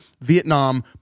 vietnam